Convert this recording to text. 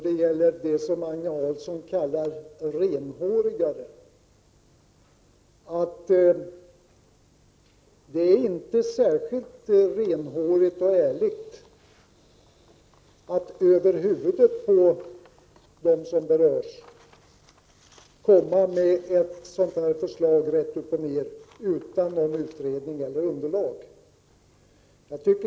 Det är inte särskilt renhårigt eller ärligt, Agne Hansson, att över huvudet på den som berörs lägga fram ett förslag som detta, rätt upp och ned utan någon utredning och underlag.